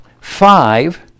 five